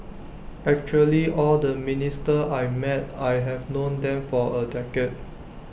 actually all the ministers I met I have known them for A decade